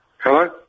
Hello